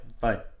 bye